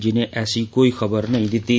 जिनें ऐसी कोई खबर नेई दित्ती